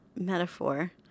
metaphor